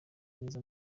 n’izo